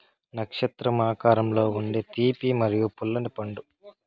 నక్షత్రం ఆకారంలో ఉండే తీపి మరియు పుల్లని పండు